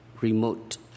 remote